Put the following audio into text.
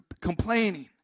complaining